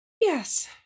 Yes